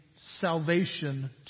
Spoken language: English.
salvation